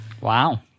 Wow